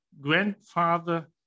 Grandfather